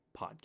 podcast